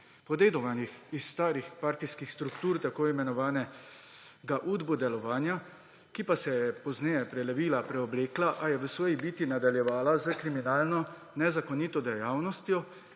podedovanih iz starih partijskih struktur, tako imenovanega udbodelovanja, ki pa se je pozneje prelevila, preoblekla, a je v svoji biti nadaljevala s kriminalno, nezakonito dejavnostjo